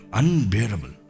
unbearable